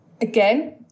Again